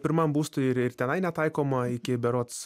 pirmam būstui ir ir tenai netaikoma iki berods